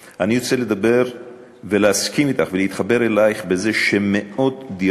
אני רוצה לדבר ולהסכים אתך ולהתחבר אלייך בזה שמאות דירות,